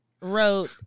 wrote